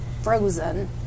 frozen